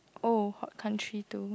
oh hot country to